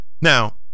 Now